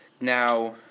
Now